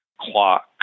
clock